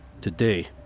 today